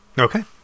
Okay